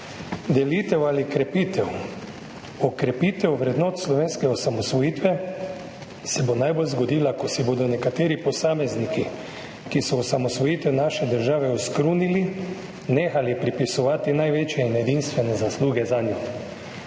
Delitev ali krepitev, okrepitev vrednot slovenske osamosvojitve se bo najbolj zgodila, ko si bodo nekateri posamezniki, ki so osamosvojitev naše države oskrunili, nehali pripisovati največje in edinstvene zasluge zanjo.